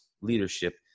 leadership